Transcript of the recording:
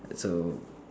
so